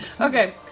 Okay